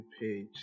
page